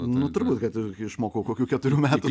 nu turbūt kad išmokau kokių keturių metų